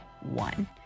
one